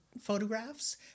photographs